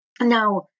Now